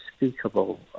unspeakable